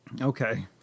okay